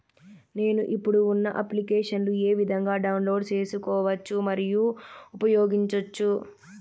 నేను, ఇప్పుడు ఉన్న అప్లికేషన్లు ఏ విధంగా డౌన్లోడ్ సేసుకోవచ్చు మరియు ఉపయోగించొచ్చు?